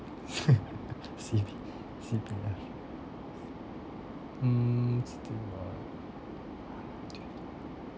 C_P C_P_F mm